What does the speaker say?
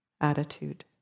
attitude